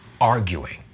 arguing